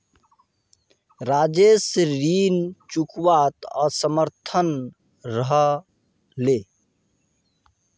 राजेश ऋण चुकव्वात असमर्थ रह ले